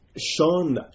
Sean